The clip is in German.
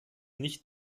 nicht